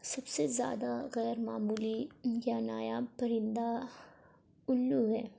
سب سے زیادہ غیر معمولی یا نایاب پرندہ الو ہے